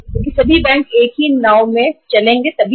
सभी बैंक एक ही नाव में सवारी कर रहे हैं सफर कर रहे हैं